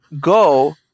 go